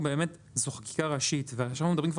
זו חקיקה ראשית ועכשיו אנחנו מדברים על